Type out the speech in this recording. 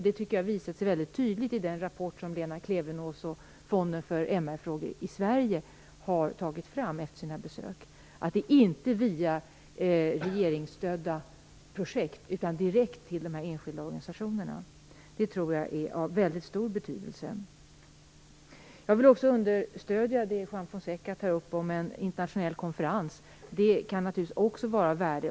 Detta visas tydligt i den rapport som Lena Klevenås och den svenska fonden för MR-frågor har tagit fram efter sina besök. Biståndet skall inte gå till regeringsstödda projekt utan direkt till de enskilda organisationerna. Detta tror jag är av väldigt stor betydelse. Jag vill också understödja det Juan Fonseca tar upp om en internationell konferens. En sådan kan naturligtvis också vara av värde.